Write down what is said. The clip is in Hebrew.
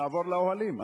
שנעבור לאוהלים.